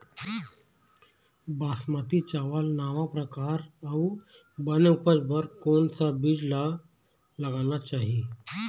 बासमती चावल नावा परकार अऊ बने उपज बर कोन सा बीज ला लगाना चाही?